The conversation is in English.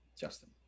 Justin